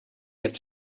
had